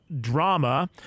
drama